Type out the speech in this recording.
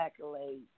accolades